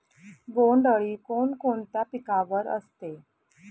बोंडअळी कोणकोणत्या पिकावर असते?